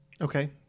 Okay